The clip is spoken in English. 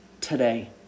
today